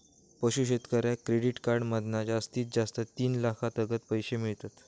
पशू शेतकऱ्याक credit card मधना जास्तीत जास्त तीन लाखातागत पैशे मिळतत